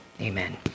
Amen